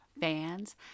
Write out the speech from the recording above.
fans